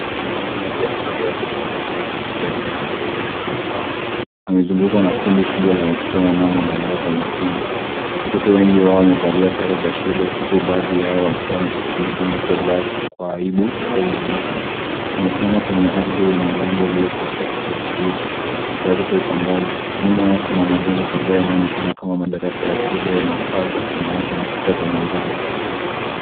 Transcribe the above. Mwanaume mmoja amevalia koti jeupe akishikilia mmea mdogo tayari kuupanda. Amezungukwa na kundi kubwa la watoto wanaomwangalia kwa uamkini. Watoto wengi wamevalia sare za shule uku baadhi yao wakiwa wamefunika nyuso zao kwa aibu au udadisi. Wamesimama kwenye ardhi yenye udogo uliovushwa kwa kuvukuliwa tayari kwa upandaji nyumaa yao kuna majengo yanayoonekana kama madarasa ya shule yenye paa za samawati na kuta za majano.